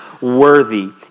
worthy